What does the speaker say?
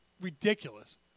ridiculous